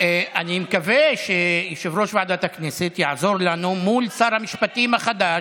אני מקווה שיושב-ראש ועדת הכנסת יעזור לנו מול שר המשפטים החדש.